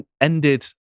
ended